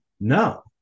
No